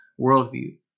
worldview